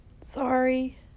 Sorry